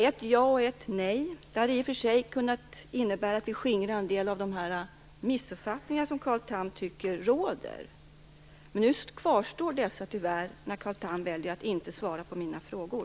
Ett ja och ett nej hade kunnat innebära att vi skingrade en del av de missuppfattningar som Carl Tham tycker råder, men nu kvarstår dessa tyvärr eftersom Carl Tham väljer att inte svara på mina frågor.